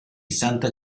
santa